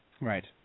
Right